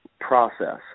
process